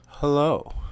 Hello